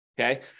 okay